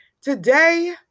today